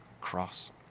cross